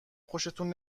خوشتون